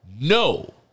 No